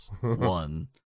One